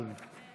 אדוני.